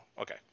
okay